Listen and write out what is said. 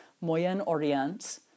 Moyen-Orient